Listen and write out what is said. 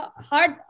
hard